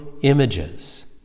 images